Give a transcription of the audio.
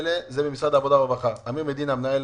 רטרו-אקטיבית מאנשים?